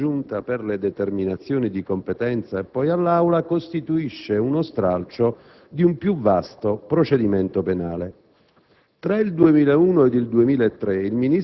Il procedimento, trasmesso alla Giunta per le determinazioni di competenza e poi all'Aula, costituisce uno stralcio di un più vasto procedimento penale.